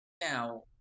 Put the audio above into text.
now